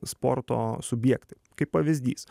sporto subjektai kaip pavyzdys